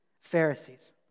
Pharisees